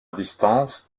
distance